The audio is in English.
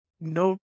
no